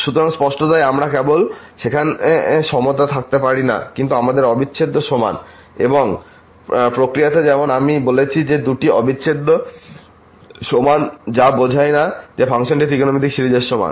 সুতরাং স্পষ্টতই আমরা কেবল সেখানে সমতা থাকতে পারি না কিন্তু তাদের অবিচ্ছেদ্য সমান এবং প্রক্রিয়াতে যেমন আমি বলেছি যে দুটি অবিচ্ছেদ্য সমান যা বোঝায় না যে ফাংশনটি ত্রিকোণমিতিক সিরিজের সমান